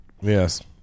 Yes